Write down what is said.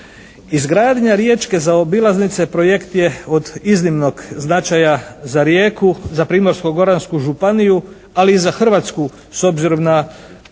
Izgradnja Riječke zaobilaznice projekt je od iznimnog značaja za Rijeku, za Primorsko-goransku županiju, ali i za Hrvatsku, s obzirom na